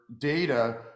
data